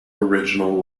original